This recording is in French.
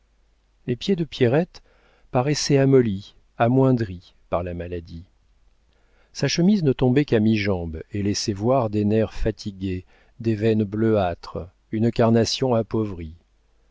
les pieds de pierrette paraissaient amollis amoindris par la maladie sa chemise ne tombait qu'à mi-jambe et laissait voir des nerfs fatigués des veines bleuâtres une carnation appauvrie